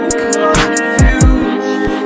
confused